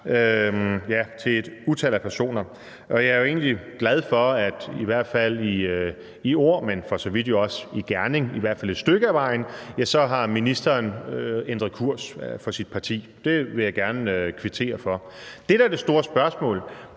til et utal af personer. Jeg er jo egentlig glad for, at ministeren i hvert fald i ord, men for så vidt også i gerning i hvert fald et stykke ad vejen, har ændret kurs for sit parti. Det vil jeg gerne kvittere for. Det, der er det store spørgsmål,